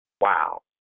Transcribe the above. Wow